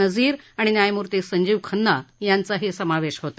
नझीर आणि न्यायमूर्ती संजीव खन्ना यांचाही समावेश होता